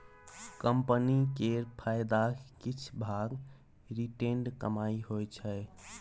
company केर फायदाक किछ भाग रिटेंड कमाइ होइ छै